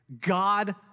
God